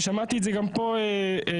ושמעתי את זה גם פה בלחשושים,